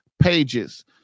pages